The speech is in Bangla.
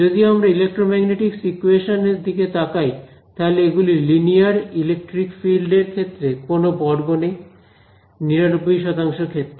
যদি আমরা ইলেক্ট্রোম্যাগনেটিকস ইকোয়েশনস এর দিকে তাকাই তাহলে এগুলি লিনিয়ার ইলেকট্রিক ফিল্ড এর ক্ষেত্রে কোন বর্গ নেই 99 ক্ষেত্রে